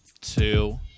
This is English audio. two